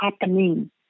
happening